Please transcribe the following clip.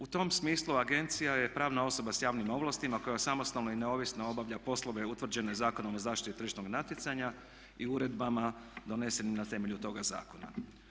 U tom smislu agencija je pravna osoba sa javnim ovlastima koja samostalno i neovisno obavlja poslove utvrđene Zakonom o zaštiti tržišnog natjecanja i uredbama donesenim na temelju toga zakona.